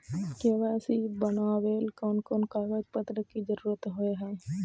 KYC बनावेल कोन कोन कागज पत्र की जरूरत होय है?